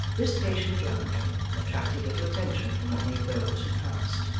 this patient lounger attracted little attention from any of those who passed,